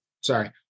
Sorry